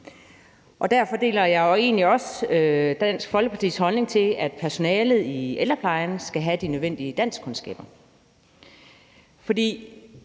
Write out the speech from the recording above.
Derfor deler jeg egentlig også Dansk Folkepartis holdning til, at personalet i ældreplejen skal have de nødvendige danskkundskaber.